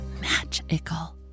magical